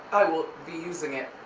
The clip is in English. i will be using it.